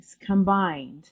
combined